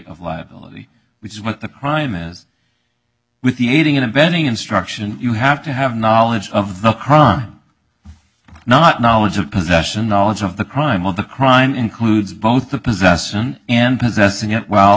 of liability which is what the crime is with the aiding and abetting instruction you have to have knowledge of the crime not knowledge of possession knowledge of the crime of the crime includes both the possession and possessing as well